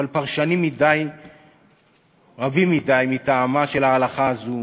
אבל פרשנים רבים מדי מטעמה של ההלכה הזאת